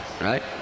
right